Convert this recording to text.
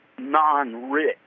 non-rich